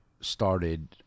started